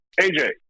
AJ